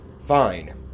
fine